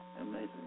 Amazing